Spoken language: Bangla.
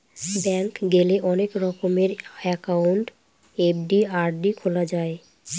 ব্যাঙ্ক গেলে অনেক রকমের একাউন্ট এফ.ডি, আর.ডি খোলা যায়